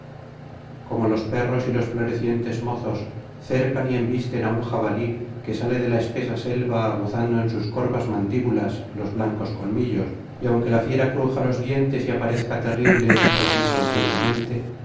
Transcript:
como los perros y los florecientes mozos cercan y embisten á un jabalí que sale de la espesa selva aguzando en sus corvas mandíbulas los blancos colmillos y aunque la fiera cruja los dientes y aparezca terrible resisten firmemente